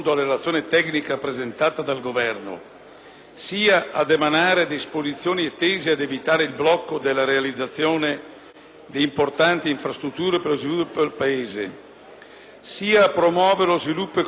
sia ad emanare disposizioni tese ad evitare il blocco della realizzazione di importanti infrastrutture per lo sviluppo del Paese, sia a promuovere lo sviluppo economico con specifico riguardo al mantenimento dei